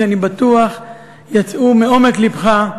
שאני בטוח יצאו מעומק לבך,